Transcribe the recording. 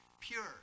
pure